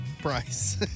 price